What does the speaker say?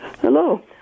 Hello